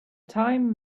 time